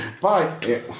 bye